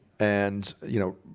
and you know